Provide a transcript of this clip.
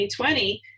2020